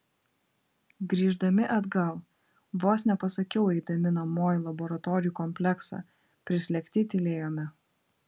grįždami atgal vos nepasakiau eidami namo į laboratorijų kompleksą prislėgti tylėjome